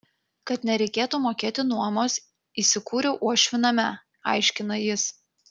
kad nereikėtų mokėti nuomos įsikūriau uošvių name aiškina jis